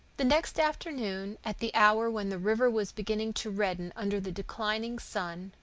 the next afternoon, at the hour when the river was beginning to redden under the declining sun,